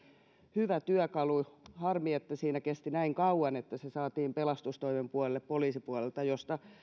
hyvä työkalu harmi että siinä kesti näin kauan että se saatiin pelastustoimen puolelle poliisipuolelta josta